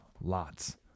Lot's